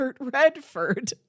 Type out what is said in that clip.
Redford